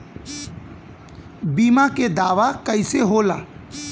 बीमा के दावा कईसे होला?